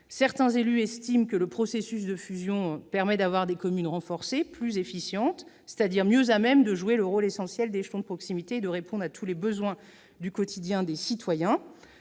Certains estiment que le processus de fusion permet d'avoir des communes renforcées, plus efficientes, c'est-à-dire mieux à même de jouer le rôle essentiel d'échelon de proximité et de répondre à tous les besoins du quotidien des citoyens.